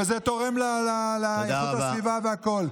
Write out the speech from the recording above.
וזה תורם לאיכות הסביבה והכול.